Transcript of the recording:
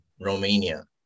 Romania